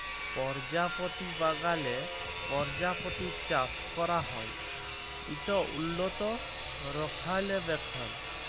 পরজাপতি বাগালে পরজাপতি চাষ ক্যরা হ্যয় ইট উল্লত রখলাবেখল